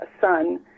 son